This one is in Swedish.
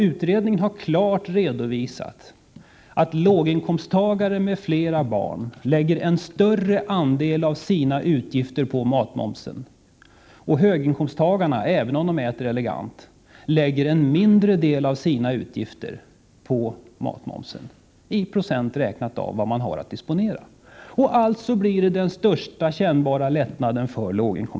Utredningen har klart redovisat att låginkomsttagare med flera barn lägger en större andel av sina utgifter på matmomsen, medan höginkomsttagarna, även om de äter elegant, lägger en mindre del av sina utgifter på matmomsen, räknat i procent på vad man har att disponera. Alltså får låginkomsttagarna den största kännbara lättnaden.